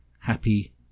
happy